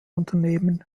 unternehmen